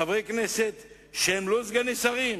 חברי כנסת שהם לא סגני שרים,